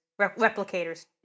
replicators